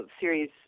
series